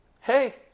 hey